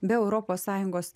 be europos sąjungos